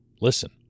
Listen